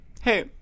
hey